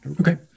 Okay